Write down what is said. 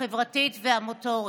החברתית והמוטורית,